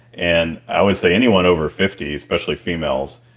and i always say anyone over fifty especially females,